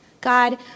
God